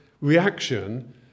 reaction